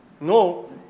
No